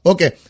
Okay